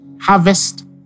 harvest